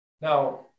Now